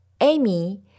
Amy